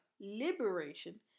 Liberation